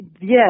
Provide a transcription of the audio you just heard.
Yes